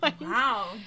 Wow